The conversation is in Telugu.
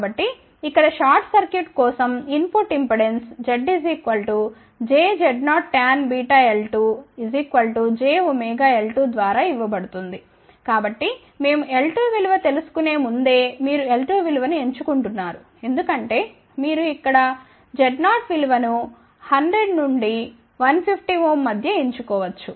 కాబట్టి ఇక్కడ షార్ట్ సర్క్యూట్ కోసం input impedance Z jZ0 l2 jωL2 ద్వారా ఇవ్వబడుతుంది కాబట్టి మేము L2విలువ తెలుసుకునే ముందే మీరు l2విలువ ను ఎంచుకుంటున్నారు ఎందుకంటే మీరు ఇక్కడ Z0విలువ ను 100 నుండి 150 Ω మధ్య ఎంచుకోవచ్చు